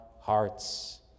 hearts